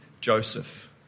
Joseph